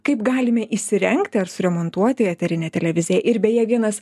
kaip galime įsirengti ar suremontuoti eterinę televiziją ir beje vienas